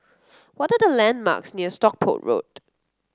what are the landmarks near Stockport Road